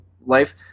life